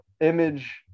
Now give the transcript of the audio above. image